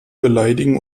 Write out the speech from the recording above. beleidigen